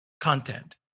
content